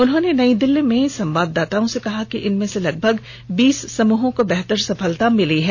उन्होंने नई दिल्ली में संवाददाताओं से कहा कि इनमें से लगभग बीस समूहों को बेहतर सफलता मिल रही है